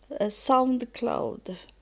SoundCloud